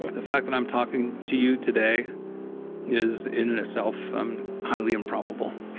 ah the fact that i'm talking to you today is in itself um highly improbable.